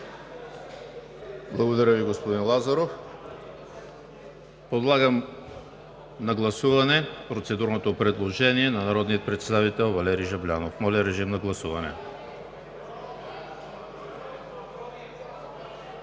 Благодаря Ви, господин Лазаров. Подлагам на гласуване процедурното предложение на народния представител Валери Жаблянов. Гласували